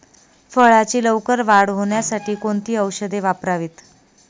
फळाची लवकर वाढ होण्यासाठी कोणती औषधे वापरावीत?